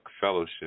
Fellowship